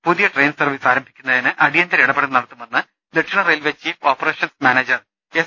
പുതിയ train service ആരംഭിക്കുന്നതിന് അടിയന്തര ഇടപെടൽ നടത്തു മെന്ന് ദക്ഷിണറെയിൽവെ ചീഫ് ഓപ്പറേഷൻസ് മാനേജർ എസ്